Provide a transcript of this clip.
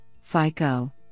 FICO